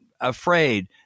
afraid